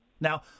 Now